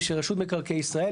של רשות מקרקעי ישראל,